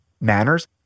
manners